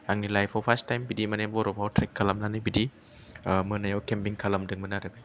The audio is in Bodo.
आंनि लाइफाव फास टाइम बिदि माने बर'फाव ट्रेक खालामनानै बिदि ओ मोनायाव केमपिं खालामदोंमोन आरो